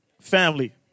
Family